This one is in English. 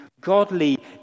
godly